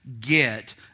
get